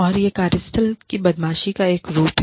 और यह कार्यस्थल की बदमाशी का एक रूप है